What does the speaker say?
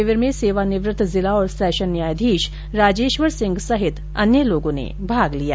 शिविर में सेवानिवृत्त जिला और सेशन न्यायाधीश राजेश्वर सिंह सहित अन्य लोगों ने भाग लिया